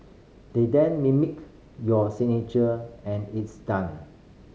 they then mimic your signature and it's done